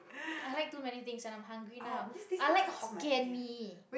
i like too many things and i'm hungry now i like hokkien-mee